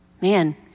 man